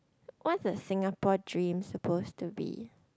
what's a Singapore dream supposed to be